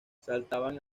saltaban